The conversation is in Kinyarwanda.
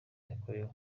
yakorewe